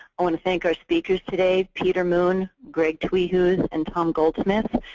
i want to thank our speakers today. peter moon, gregg twehues, and tom goldsmith.